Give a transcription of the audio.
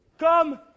Come